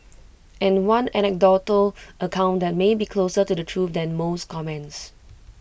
and one anecdotal account that may be closer to the truth than most comments